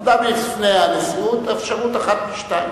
עמדה בפני הנשיאות אפשרות אחת משתיים.